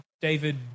David